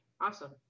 Awesome